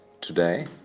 today